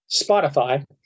Spotify